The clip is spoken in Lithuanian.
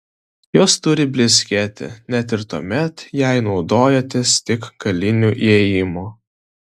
jos turi blizgėti net ir tuomet jei naudojatės tik galiniu įėjimu